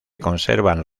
conservan